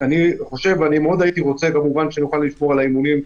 אני מאוד הייתי רוצה שנוכל לשמור על האימונים.